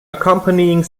accompanying